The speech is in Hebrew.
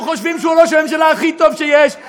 אנחנו חושבים שהוא ראש הממשלה הכי טוב שיש,